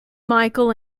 micheal